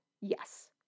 Yes